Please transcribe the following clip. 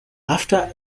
after